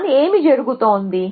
కాని ఏమిజరుగుతోంది